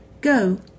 Go